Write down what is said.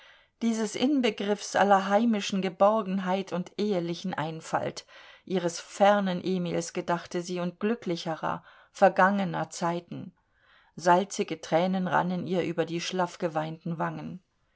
dieses inbegriffs aller heimischen geborgenheit und ehelichen einfalt ihres fernen emils gedachte sie und glücklicherer vergangener zeiten salzige tränen rannen ihr über die schlaff geweinten wangen